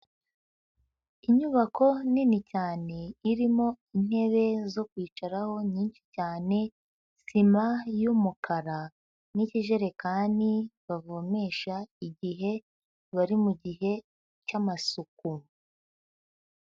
Inyubako nini cyane irimo intebe zo kwicaraho nyinshi cyane, sima y'umukara n'ikijerekani bavomesha igihe bari mu gihe cy'amasuku.